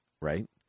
right